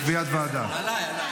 לקביעת ועדה.